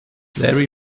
larry